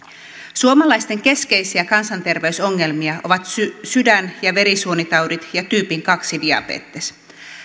suomalaisten keskeisiä kansanterveysongelmia ovat sydän ja verisuonitaudit ja tyypin kaksi diabetes